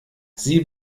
sie